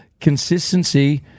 consistency